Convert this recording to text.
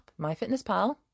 MyFitnessPal